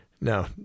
No